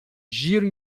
giro